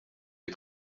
est